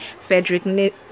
Frederick